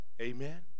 Amen